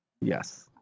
Yes